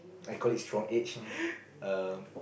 I call it strong age err